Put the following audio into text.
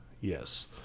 Yes